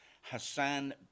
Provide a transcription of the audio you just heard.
Hassan